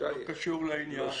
זה לא